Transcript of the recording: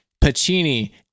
Pacini